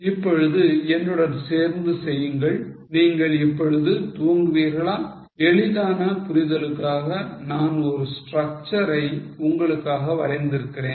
இப்பொழுது என்னுடன் சேர்ந்து செய்யுங்கள் நீங்கள் இப்பொழுது துவங்குவீர்களா எளிதான புரிதலுக்காக நான் ஒரு structure ஐ உங்களுக்காக வரைந்திருக்கிறேன்